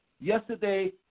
Yesterday